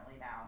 now